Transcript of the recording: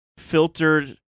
Filtered